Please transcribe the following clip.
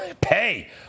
Pay